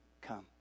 come